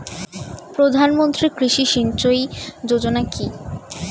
প্রধানমন্ত্রী কৃষি সিঞ্চয়ী যোজনা কি?